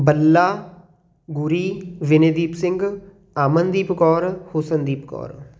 ਬੱਲਾ Guri Vinedeep Singh Amandeep Kaur Husandeep Kaur